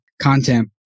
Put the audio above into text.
content